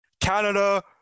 Canada